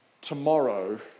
tomorrow